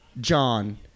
John